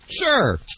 Sure